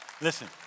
listen